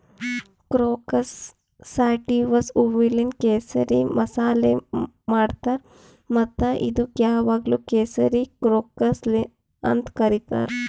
crocus ಸ್ಯಾಟಿವಸ್ನ ಹೂವೂಲಿಂತ್ ಕೇಸರಿ ಮಸಾಲೆ ಮಾಡ್ತಾರ್ ಮತ್ತ ಇದುಕ್ ಯಾವಾಗ್ಲೂ ಕೇಸರಿ ಕ್ರೋಕಸ್ ಅಂತ್ ಕರಿತಾರ್